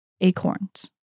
acorns